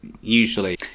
usually